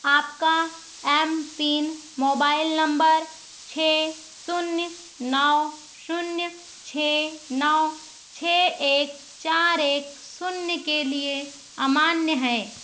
आपका M PIN mobile number छः शून्य नौ शून्य छः नौ छः एक चार एक शून्य के लिए अमान्य है